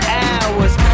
hours